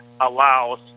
allows